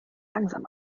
langsam